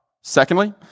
Secondly